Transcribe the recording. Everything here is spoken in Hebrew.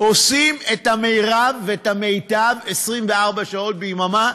שכוחות הביטחון עושים את המרב ואת המיטב 24 שעות ביממה,